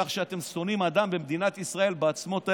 לכך שאתם שונאים אדם במדינת ישראל בעוצמות האלה,